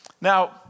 Now